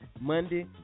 Monday